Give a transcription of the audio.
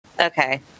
Okay